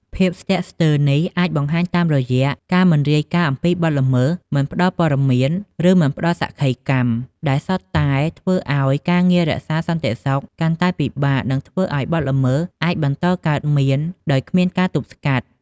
ភាពស្ទាក់ស្ទើរនេះអាចបង្ហាញតាមរយៈការមិនរាយការណ៍អំពីបទល្មើស មិនផ្តល់ព័ត៌មាន ឬមិនផ្តល់សក្ខីកម្ម ដែលសុទ្ធតែធ្វើឲ្យ ការងាររក្សាសន្តិសុខកាន់តែពិបាក និងធ្វើឲ្យបទល្មើសអាចបន្តកើតមានដោយគ្មានការទប់ស្កាត់។